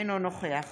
אינו נוכח